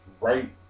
right